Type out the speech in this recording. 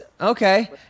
Okay